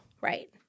Right